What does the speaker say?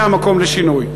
תהיה המקום לשינוי.